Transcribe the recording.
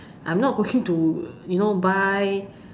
I'm not going to you know buy